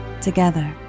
Together